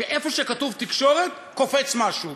שאיפה שכתוב "תקשורת" קופץ משהו.